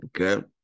Okay